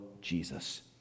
Jesus